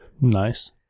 nice